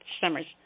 summers